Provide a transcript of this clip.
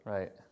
Right